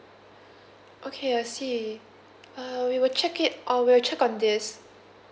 okay I see uh we will check it uh we'll check on this